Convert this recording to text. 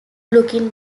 looking